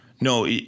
No